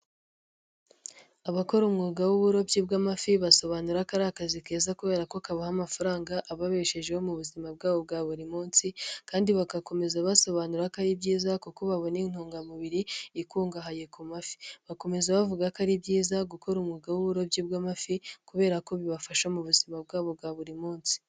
Abakora umwuga w'uburobyi bw'amafi basobanura ko ari akazi keza kubera ko kabaha amafaranga ababeshejeho mu buzima bwabo bwa buri munsi, kandi bagakomeza basobanura ko ari byiza kuko babona intungamubiri ikungahaye ku mafi bakomeza bavuga ko ari byiza gukora umga w'uburobyi bw'amafi, kubera ko bibafasha mu buzima bwabo bwa buri munsi.